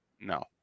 No